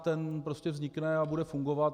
Ten prostě vznikne a bude fungovat.